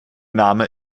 name